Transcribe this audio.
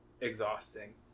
exhausting